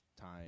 time